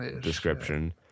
description